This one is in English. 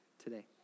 Today